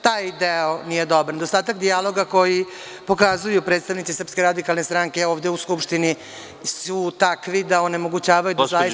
Taj deo nije dobar, nedostatak dijaloga koji pokazuju predstavnici Srpske radikalne stranke ovde u Skupštini sutakvi da onemogućavaju da zaista…